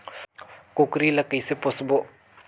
कूकरी ला कइसे पोसबो?